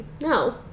no